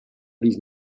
these